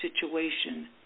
situation